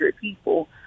people